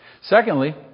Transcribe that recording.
Secondly